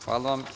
Hvala vam.